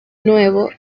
nuevo